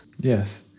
Yes